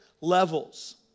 levels